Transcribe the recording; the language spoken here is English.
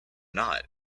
not